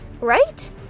right